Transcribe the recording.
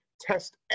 test